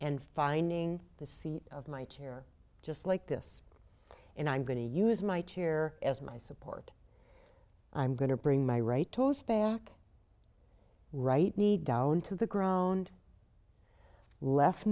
and finding the seat of my chair just like this and i'm going to use my chair as my support i'm going to bring my right toes back right need down to the ground left